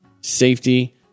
safety